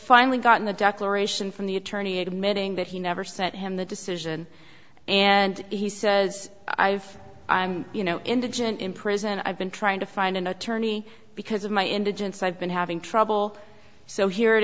finally gotten the declaration from the attorney admitting that he never sent him the decision and he says i've i'm you know indigent in prison i've been trying to find an attorney because of my indigence i've been having trouble so here it